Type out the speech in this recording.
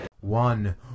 One